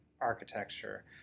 architecture